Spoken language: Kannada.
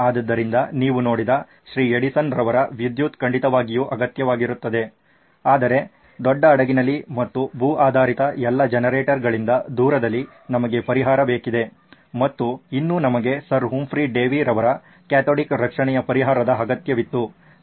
ಆದ್ದರಿಂದ ನೀವು ನೋಡಿದ ಶ್ರೀ ಎಡಿಸನ್ ರವರ ವಿದ್ಯುತ್ ಖಂಡಿತವಾಗಿಯೂ ಅಗತ್ಯವಾಗಿರುತ್ತದೆ ಆದರೆ ದೊಡ್ಡ ಹಡಗಿನಲ್ಲಿ ಮತ್ತು ಭೂ ಆಧಾರಿತ ಎಲ್ಲಾ ಜನರೇಟರ್ಗಳಿಂದ ದೂರದಲ್ಲಿ ನಮಗೆ ಪರಿಹಾರ ಬೇಕಾಗಿದೆ ಮತ್ತು ಇನ್ನೂ ನಮಗೆ ಸರ್ ಹುಂಫ್ರಿ ಡೇವಿ ರವರ ಕ್ಯಾಥೋಡಿಕ್ ರಕ್ಷಣೆಯ ಪರಿಹಾರದ ಅಗತ್ಯವಿತ್ತು